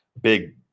Big